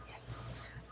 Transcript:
Yes